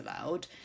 allowed